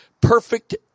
perfect